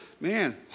man